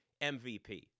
MVP